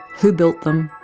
who built them,